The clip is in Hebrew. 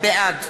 בעד